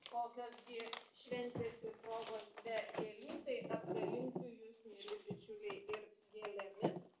kokios gi šventės ir progos be gėlių tai apdalinsiu jus mieli bičiuliai ir gėlėmis